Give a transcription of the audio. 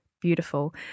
beautiful